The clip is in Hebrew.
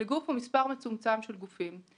לגוף או למספר מצומצם של גופים,